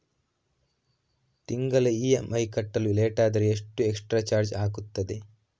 ತಿಂಗಳ ಇ.ಎಂ.ಐ ಕಟ್ಟಲು ಲೇಟಾದರೆ ಎಷ್ಟು ಎಕ್ಸ್ಟ್ರಾ ಚಾರ್ಜ್ ಆಗುತ್ತದೆ?